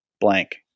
blank